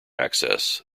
access